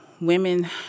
Women